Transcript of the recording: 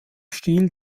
stil